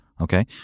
okay